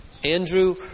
Andrew